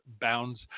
bounds